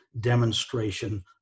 demonstration